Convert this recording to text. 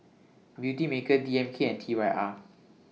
Beautymaker D M K and T Y R